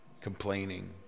complaining